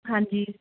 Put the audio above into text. ਹਾਂਜੀ